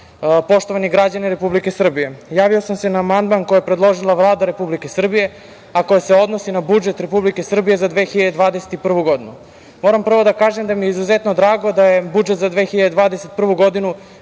poštovani građani Republike Srbije, javio sam se na amandman koji je predložila Vlada Republike Srbije, a koji se odnosi na budžet Republike Srbije za 2021. godinu. Moram prvo da kažem da mi je izuzetno drago da je budžet za 2021. godinu